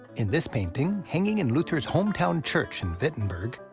in this painting, hanging in luther's hometown church in wittenberg,